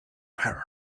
her